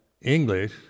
English